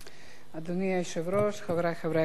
אדוני היושב-ראש, חברי חברי הכנסת,